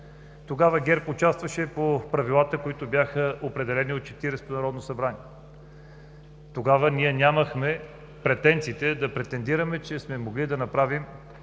Тогава ГЕРБ участваше по правилата, определени от 40-тото народно събрание. Тогава ние нямахме претенциите да претендираме, че сме могли да направим